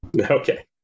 Okay